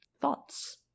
thoughts